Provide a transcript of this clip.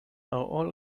all